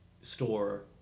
store